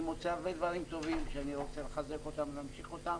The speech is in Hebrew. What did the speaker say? אני מוצא הרבה מאוד דברים טובים שאני רוצה לחזק אותם ולהמשיך אותם.